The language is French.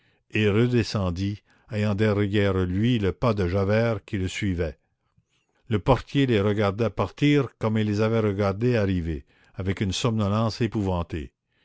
et redescendit ayant derrière lui le pas de javert qui le suivait le portier les regarda partir comme il les avait regardés arriver avec une somnolence épouvantée